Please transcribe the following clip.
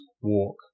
walk